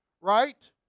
right